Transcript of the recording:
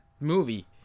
movie